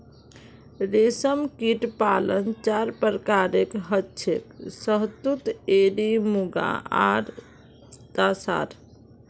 रेशमकीट पालन चार प्रकारेर हछेक शहतूत एरी मुगा आर तासार